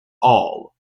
all